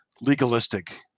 legalistic